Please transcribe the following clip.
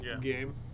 game